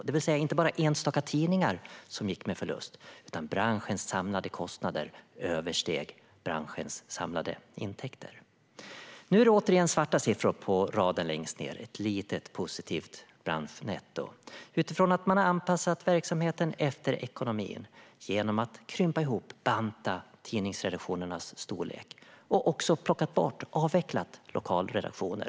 Det var alltså inte bara enstaka tidningar som gick med förlust, utan branschens samlade kostnader översteg branschens samlade intäkter. Nu är det återigen svarta siffror på raden längst ned, ett litet positivt branschnetto, utifrån att man har anpassat verksamheten efter ekonomin genom att krympa ihop och banta tidningsredaktionernas storlek. Man har också plockat bort och avvecklat lokalredaktioner.